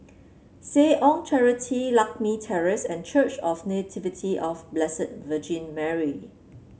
Seh Ong Charity Lakme Terrace and Church of Nativity of Blessed Virgin Mary